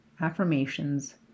affirmations